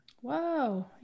Whoa